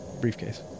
briefcase